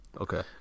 Okay